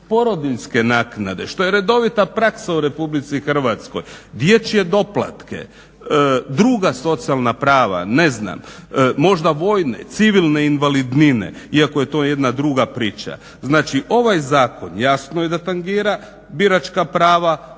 porodiljne naknade što je redovita praksa u RH, dječje doplatke, druga socijalna prava, ne znam možda vojne, civilne invalidnine iako je to jedna druga priča. Znači, ovaj zakon jasno je da tangira biračka prava,